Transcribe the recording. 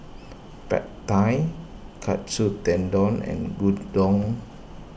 Pad Thai Katsu Tendon and Gyudon